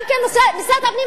גם משרד הפנים,